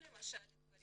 לדברים כאלה.